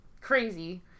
crazy